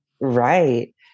right